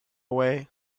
way